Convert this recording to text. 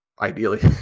ideally